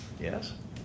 Yes